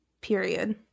Period